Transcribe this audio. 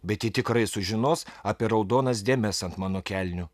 bet ji tikrai sužinos apie raudonas dėmes ant mano kelnių